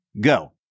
go